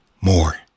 MORE